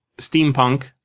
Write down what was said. steampunk